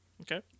Okay